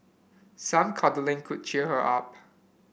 some cuddling could cheer her up